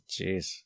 Jeez